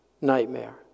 nightmare